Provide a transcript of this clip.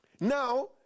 Now